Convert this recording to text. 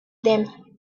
them